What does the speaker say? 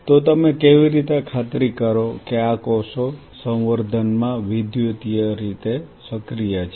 તો તમે કેવી રીતે ખાતરી કરો કે આ કોષો સંવર્ધન માં વિદ્યુતીય રીતે સક્રિય છે